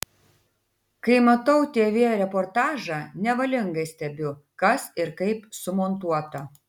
kai matau tv reportažą nevalingai stebiu kas ir kaip sumontuota